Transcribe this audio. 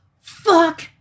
Fuck